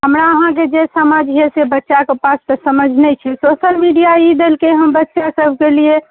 हमरा अहाँकेँ जे समझ अइ से बच्चाके पास तऽ समझ नहि छै सोशल मिडिआ ई देलकैहँ बच्चासबके लिए